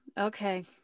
Okay